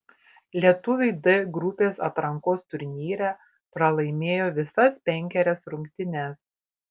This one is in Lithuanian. lietuviai d grupės atrankos turnyre pralaimėjo visas penkerias rungtynes